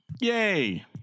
yay